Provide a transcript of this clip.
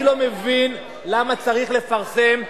אני לא מבין למה צריך לפרסם,